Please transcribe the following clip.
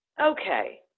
Okay